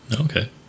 Okay